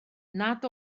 nad